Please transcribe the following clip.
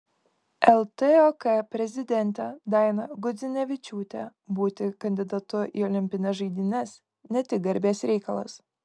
ltok prezidentė daina gudzinevičiūtė būti kandidatu į olimpines žaidynes ne tik garbės reikalas